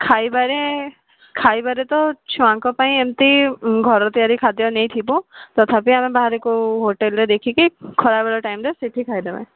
ଖାଇବାରେ ଖାଇବାରେ ତ ଛୁଆଙ୍କ ପାଇଁ ଏମତି ଘର ତିଆରି ଖାଦ୍ୟ ନେଇଥିବୁ ତଥାପି ଆମେ ବାହାରେ କୋଉ ହୋଟେଲ୍ରେ ଦେଖିକି ଖରାବେଳ ଟାଇମ୍ରେ ସେଇଠି ଖାଇଦେବା